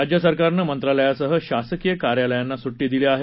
राज्य सरकारनं मंत्रालयासह शासकीय कार्यालयांना सुट्टी दिली आहे